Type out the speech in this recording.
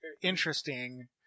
interesting